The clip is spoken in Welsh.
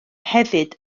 hefyd